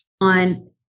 On